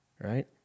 Right